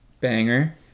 Banger